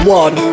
one